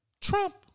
Trump